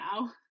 now